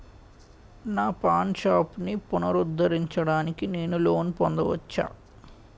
నా పాన్ షాప్ని పునరుద్ధరించడానికి నేను లోన్ పొందవచ్చా?